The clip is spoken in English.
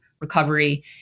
recovery